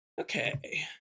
okay